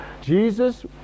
Jesus